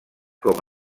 com